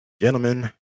gentlemen